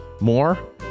more